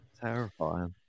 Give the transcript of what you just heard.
Terrifying